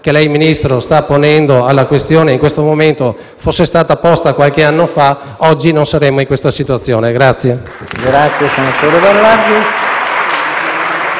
che lei, Ministro, sta ponendo alla questione in questo momento fosse stata posta qualche anno fa, oggi non saremmo in questa situazione. *(Applausi dai